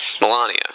Melania